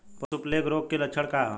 पशु प्लेग रोग के लक्षण का ह?